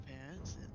parents